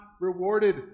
rewarded